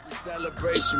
Celebration